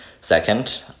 second